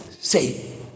say